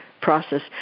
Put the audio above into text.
process